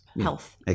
health